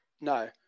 No